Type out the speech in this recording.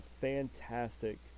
fantastic